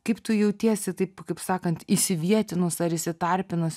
kaip tu jautiesi taip kaip sakant įsivietinus ar įsitarpinus